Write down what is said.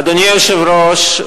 אדוני היושב-ראש,